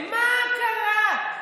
מה קרה?